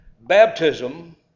baptism